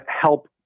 help